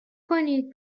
کنید